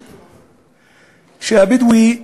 שהבדואי,